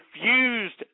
refused